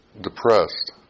depressed